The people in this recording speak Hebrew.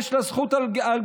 יש לה זכות על גופה,